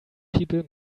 people